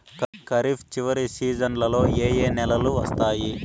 ఖరీఫ్ చివరి సీజన్లలో ఏ ఏ నెలలు వస్తాయి